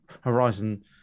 Horizon